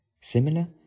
similar